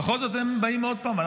בכל זאת הם באים עוד פעם.